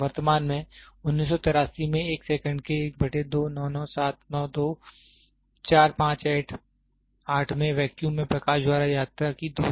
वर्तमान में 1983 में एक सेकंड के में वैक्यूम में प्रकाश द्वारा यात्रा की गई दूरी